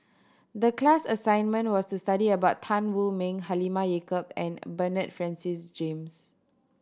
the class assignment was to study about Tan Wu Meng Halimah Yacob and Bernard Francis James